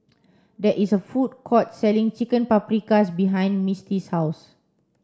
there is a food court selling Chicken Paprikas behind Misti's house